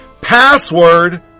password